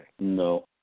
No